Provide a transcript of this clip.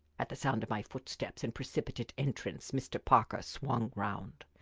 at the sound of my footsteps and precipitate entrance mr. parker swung round.